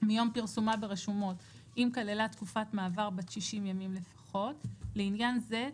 מיום פרסומה ברשומות אם כללה תקופת מעבר בת 60 ימים לפחות; לעניין זה,